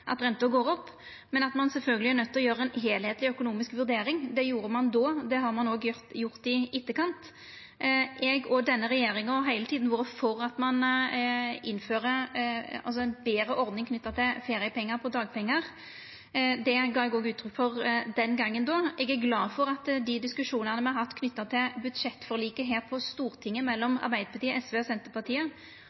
å gjera ei heilskapleg økonomisk vurdering. Det gjorde ein då, det har ein òg gjort i etterkant. Eg og denne regjeringa har heile tida vore for at ein innfører ei betre ordning knytt til feriepengar på dagpengar. Det gav eg òg uttrykk for den gongen. Eg er glad for at dei diskusjonane me har hatt knytte til budsjettforliket her på Stortinget mellom Arbeidarpartiet, SV og Senterpartiet,